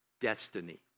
destiny